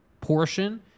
portion